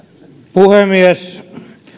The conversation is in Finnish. puhemies